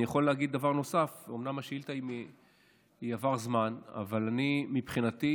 אני יכול להגיד דבר נוסף: אומנם עבר זמן מאז השאילתה,